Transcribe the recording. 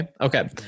Okay